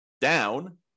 down